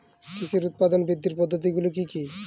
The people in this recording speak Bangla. কৃষির উৎপাদন বৃদ্ধির পদ্ধতিগুলি কী কী?